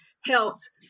helped